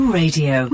radio